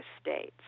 states